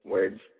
words